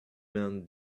men